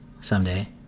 someday